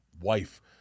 wife